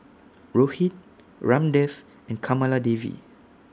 Rohit Ramdev and Kamaladevi